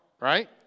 right